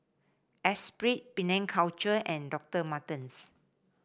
Esprit Penang Culture and Doctor Martens